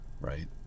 right